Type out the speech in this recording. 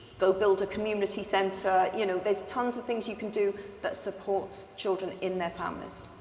go build a community center, you know there's tons of things you can do that support children in their families.